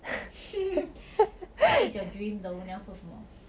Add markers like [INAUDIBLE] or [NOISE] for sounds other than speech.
[LAUGHS] what is your dream though 你要做什么